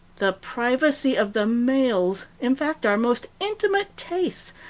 the privacy of the mails, in fact, our most intimate tastes,